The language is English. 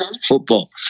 football